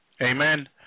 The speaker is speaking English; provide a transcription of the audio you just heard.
Amen